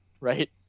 right